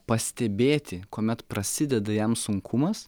pastebėti kuomet prasideda jam sunkumas